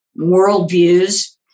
worldviews